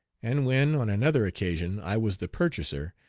and when, on another occasion, i was the purchaser,